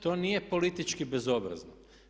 To nije politički bezobrazno.